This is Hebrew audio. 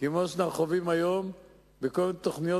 כמו שאנחנו חווים היום בכל התוכניות,